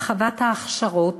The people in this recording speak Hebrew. הרחבת ההכשרות